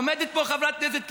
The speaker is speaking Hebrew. עומדת פה חברת כנסת,